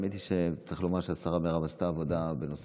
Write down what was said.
האמת היא שצריך לומר שהשרה מירב עשתה בנושא